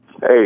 Hey